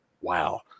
wow